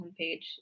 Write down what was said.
homepage